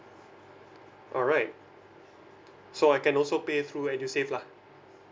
alright so I can also pay through edusave lah